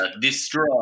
destroy